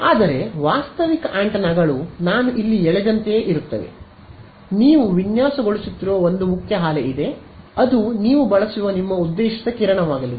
ಆದರೆ ವಾಸ್ತವಿಕ ಆಂಟೆನಾಗಳು ನಾನು ಇಲ್ಲಿ ಎಳೆದಂತೆಯೇ ಇರುತ್ತವೆ ನೀವು ವಿನ್ಯಾಸಗೊಳಿಸುತ್ತಿರುವ ಒಂದು ಮುಖ್ಯ ಹಾಲೆ ಇದೆ ಅದು ನೀವು ಬಳಸುವ ನಿಮ್ಮ ಉದ್ದೇಶಿತ ಕಿರಣವಾಗಲಿದೆ